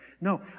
No